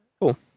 Cool